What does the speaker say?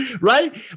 Right